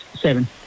seven